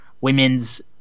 women's